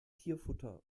tierfutter